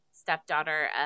stepdaughter